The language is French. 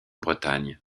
bretagne